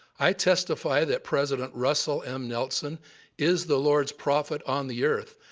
i testify that president russell m. nelson is the lord's prophet on the earth,